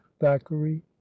Thackeray